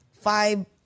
five